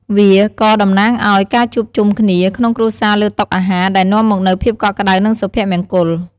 វាក៏តំណាងឱ្យ ការជួបជុំគ្នា ក្នុងគ្រួសារលើតុអាហារ ដែលនាំមកនូវភាពកក់ក្តៅ និងសុភមង្គល។